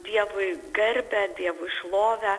dievui garbę dievui šlovę